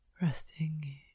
Resting